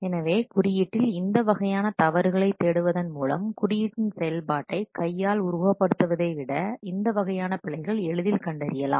எனவே குறியீட்டில் இந்த வகையான தவறுகளைத் தேடுவதன் மூலம் குறியீட்டின் செயல்பாட்டை கையால் உருவகப்படுத்துவதை விட இந்த வகையான பிழைகள் எளிதில் கண்டறியலாம்